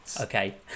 Okay